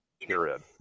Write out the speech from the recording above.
period